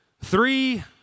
three